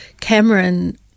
Cameron